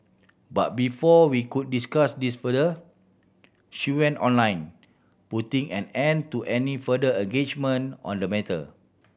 but before we could discuss this further she went online putting an end to any further engagement on the matter